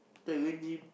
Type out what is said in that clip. thought you going gym